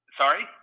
Sorry